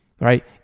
right